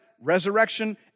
resurrection